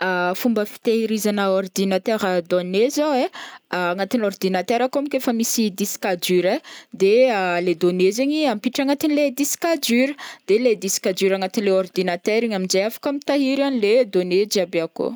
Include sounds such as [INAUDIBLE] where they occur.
[HESITATION] Fomba fitahirizana ordinatera données zao ai agnatin'ny ordinatera akao mônko efa misy disque dur ai de [HESITATION] le données zegny ampiditra agnatin' le disque dur de le disque dur agnatin'le ordinatera igny amin'jay afaka mitahiry le données jiaby akao.